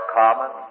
common